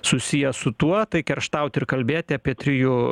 susiję su tuo tai kerštaut ir kalbėti apie trijų